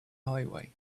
highway